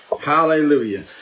Hallelujah